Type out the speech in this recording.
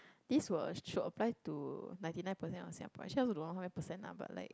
this was should apply to ninety nine percent of Singaporean actually I also don't know how many percent lah but like